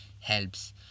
helps